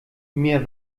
mir